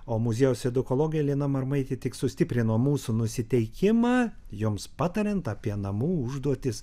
o muziejaus edukologė lina marmaitė tik sustiprino mūsų nusiteikimą joms patariant apie namų užduotis